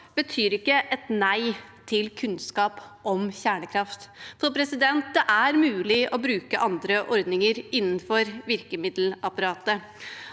betyr ikke et nei til kunnskap om kjernekraft. Det er mulig å bruke andre ordninger innenfor virkemiddelapparatet.